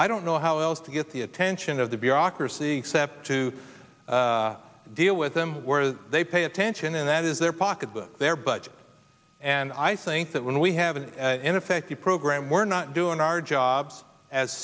i don't know how else to get the attention of the bureaucracy except to deal with them where they pay attention and that is their pocketbook their budget and i think that when we have an effective program we're not doing our jobs as